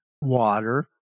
water